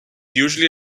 usually